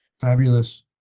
Fabulous